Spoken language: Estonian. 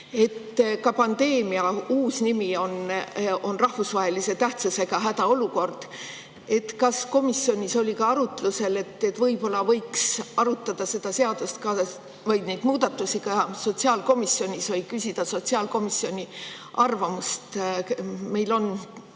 Ka pandeemia uus nimetus on rahvusvahelise tähtsusega hädaolukord. Kas komisjonis oli arutlusel, et võiks arutada seda seadust või neid muudatusi ka sotsiaalkomisjonis või küsida sotsiaalkomisjoni arvamust? Meil on